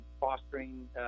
fostering